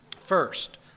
First